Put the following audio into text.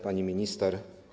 Pani Minister!